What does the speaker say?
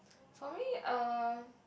for me uh